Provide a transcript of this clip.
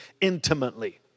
intimately